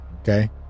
Okay